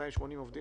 זה